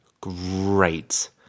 Great